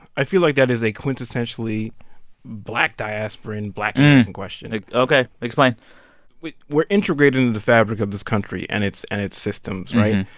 i feel like that is a quintessentially black diasporan, black question ok. explain we're we're integrated into the fabric of this country, and its and its systems, right?